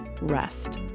rest